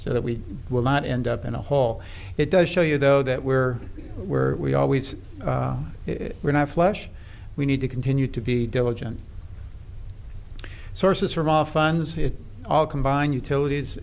so that we will not end up in a hole it does show you though that we're we're we always we're not flush we need to contain due to be diligent sources from off funds it all combined utilities